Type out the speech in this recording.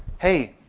hey,